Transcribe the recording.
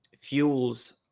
fuels